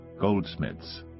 goldsmiths